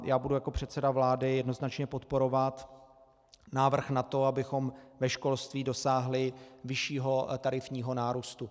Já budu jako předseda vlády jednoznačně podporovat návrh na to, abychom ve školství dosáhli vyššího tarifního nárůstu.